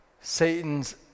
Satan's